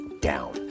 down